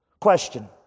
Question